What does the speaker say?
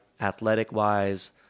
athletic-wise